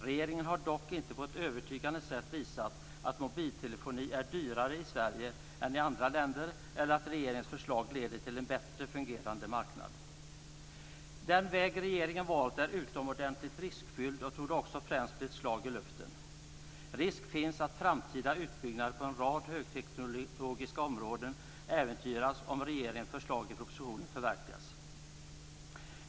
Regeringen har dock inte på ett övertygande sätt visat att mobiltelefoni är dyrare i Sverige än i andra länder eller att regeringens förslag leder till en bättre fungerande marknad. Den väg som regeringen har valt är utomordentligt riskfylld och torde också främst bli ett slag i luften. Det finns risk att framtida utbyggnader på en rad högteknologiska områden äventyras om regeringens förslag i propositionen förverkligas.